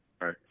Right